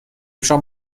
شام